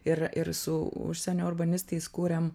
ir ir su užsienio urbanistais kūrėm